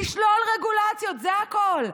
לשלול רגולציות, זה הכול.